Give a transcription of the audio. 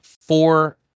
four